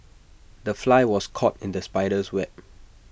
the fly was caught in the spider's web